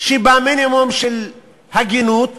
שבמינימום של הגינות